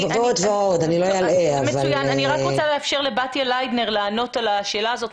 אני רוצה לאפשר לבתיה ליידנר לענות על השאלה הזאת,